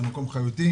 זה מקום חיותי,